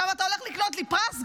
עכשיו אתה הולך לקנות לי פרס,